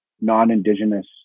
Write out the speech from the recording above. non-indigenous